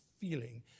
feeling